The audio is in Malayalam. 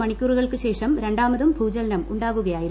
മണിക്കൂറുകൾക്കുശേഷം രണ്ടാമതും ഭൂചലനം ഉണ്ടാകുകയായിരുന്നു